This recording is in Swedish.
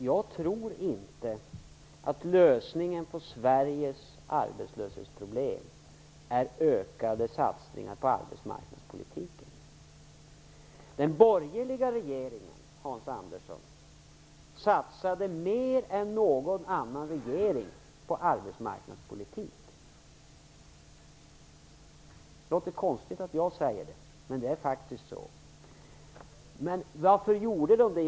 Jag tror inte att lösningen på Sveriges arbetslöshetsproblem är ökade satsningar på arbetsmarknadspolitiken. Den borgerliga regeringen, Hans Andersson, satsade mer än någon annan regering på arbetsmarknadspolitik. Det verkar konstigt att jag säger det, men det är faktiskt så. Varför gjorde man det?